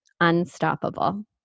Unstoppable